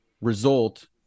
result